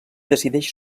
decideix